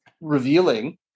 revealing